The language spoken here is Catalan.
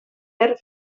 per